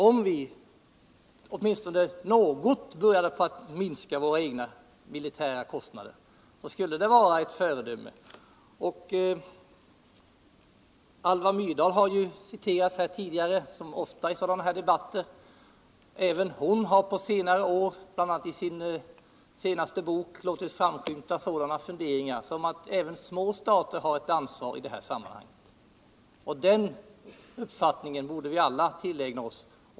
Om vi åtminstone något började minska våra cgna militära kostnader. skulle detta utgöra ett föredöme. Som ofta skett i sådana här debatter har Alva Myrdal tidigare citerats. Men även hon har på senare år, bl.a. i sin senaste bok, låtit funderingar framskymta om att även små stater har ett ansvar i det här sammanhanget. Den uppfattningen borde vi alla tillägna oss.